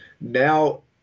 Now